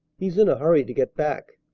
he's in a hurry to get back.